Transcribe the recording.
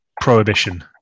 prohibition